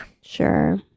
Sure